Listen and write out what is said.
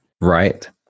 Right